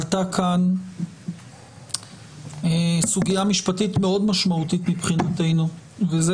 עלתה כאן סוגיה משפטית מאוד משמעותית מבחינתנו וזה